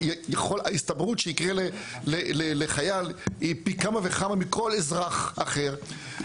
ההסתברות שיקרה לחייל היא פי כמה וכמה מכל אזרח אחר.